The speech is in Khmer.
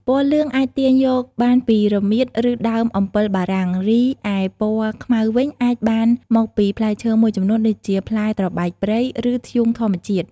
ពណ៌លឿងអាចទាញយកបានពីរមៀត ឬដើមអំពិលបារាំង រីឯពណ៌ខ្មៅវិញអាចបានមកពីផ្លែឈើមួយចំនួនដូចជាផ្លែត្របែកព្រៃ ឬធ្យូងធម្មជាតិ។